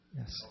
yes